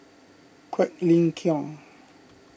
Quek Ling Kiong